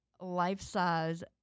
life-size